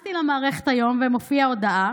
נכנסתי למערכת היום ומופיעה הודעה